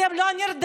אתם לא נרדפים,